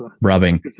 Rubbing